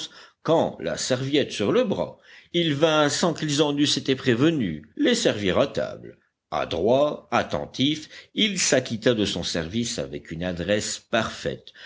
quand la serviette sur le bras il vint sans qu'ils en eussent été prévenus les servir à table adroit attentif il s'acquitta de son service avec une adresse parfaite